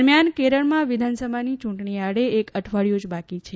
દરમિયાન કેરળમાં વિધાનસભાની યૂંટણી આડે એક અઠવાડિયું જ બાકી છે